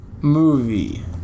Movie